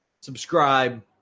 Subscribe